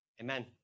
Amen